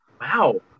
wow